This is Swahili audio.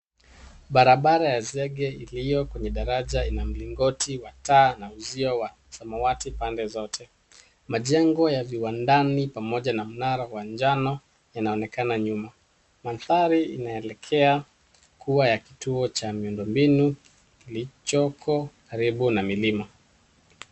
Barabara ya zege iliyo kwenye daraja ina mlingoti wa taa na uzio wa samawati pande zote. Majengo ya viwandani pamoja na mnara wa njano inaonekana nyuma. Mandhari inaelekea kuwa kituo cha miundombinu kilichoko karibu na milima.